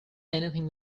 anything